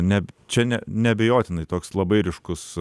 ne čia ne neabejotinai toks labai ryškus